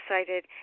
excited